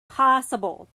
possible